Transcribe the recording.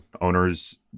owners